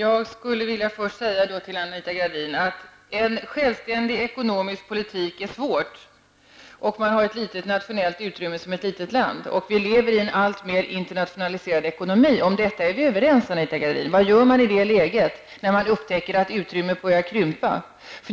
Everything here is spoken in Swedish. Herr talman! En självständig ekonomisk politik, Anita Gradin, är svår. Ett litet land har ett litet nationellt utrymme. Vi lever i en alltmer internationaliserad ekonomi. Vi är överens om detta, Anita Gradin. Vad gör man i det läget när man upptäcker att utrymmet börjar krympa?